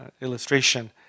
illustration